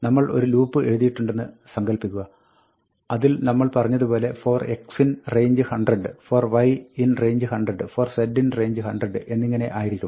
നമ്മൾ ഒരു ലൂപ്പ് എഴുതിയിട്ടുണെന്ന് സങ്കല്പിക്കുക അതിൽ നമ്മൾ പറഞ്ഞതുപോലെ for x in range 100 for y in range 100 for z in range 100 എന്നിങ്ങനെ ആയിരിക്കും